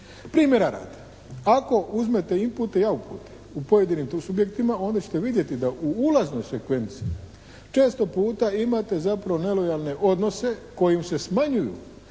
Primjera radi, ako uzmete input i output u pojedinima tu subjektima onda ćete vidjeti da u ulaznoj sekvenci često puta imate zapravo nelojalne odnose kojima se smanjuju